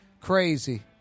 Crazy